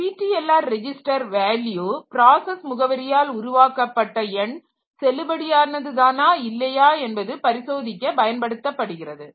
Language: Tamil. இந்த PTLR ரெஜிஸ்டர் வேல்யூ ப்ராசஸ் முகவரியால் உருவாக்கப்பட்ட எண் செல்லுபடியானதுதானா இல்லையா என்பது பரிசோதிக்க பயன்படுத்தப்படுகிறது